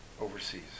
overseas